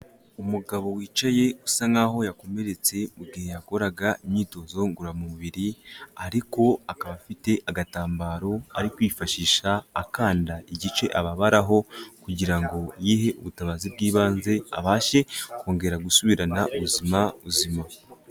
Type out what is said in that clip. Umugabo wicaye usa nkaho yakomeretse mu gihe yakoraga imyitozo ngororamubiri ariko akaba afite agatambaro ari kwifashisha akanda igice ababararaho kugira ngo yihe ubutabazi bw'ibanze abashe kongera gusubirana ubuzima buzira umuze.